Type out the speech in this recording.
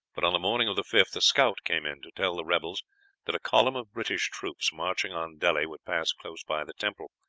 but on the morning of the fifth a scout came in to tell the rebels that a column of british troops marching on delhi would pass close by the temple.